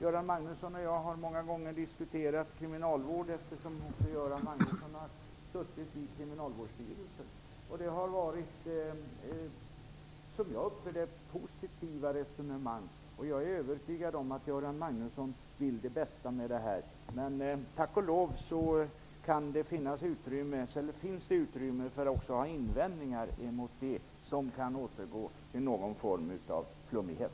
Han och jag har många gånger diskuterat kriminalvård, eftersom också Göran Magnusson har suttit i Kriminalvårdsstyrelsen. Jag upplever att det har varit positiva resonemang. Och jag är övertygad om att Göran Magnusson vill det bästa med detta. Men tack och lov finns det också utrymme för invändningar mot det som kan återgå till någon form av flummighet.